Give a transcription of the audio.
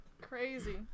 crazy